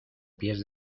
pies